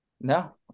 No